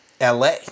LA